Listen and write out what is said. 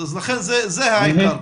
זה העניין.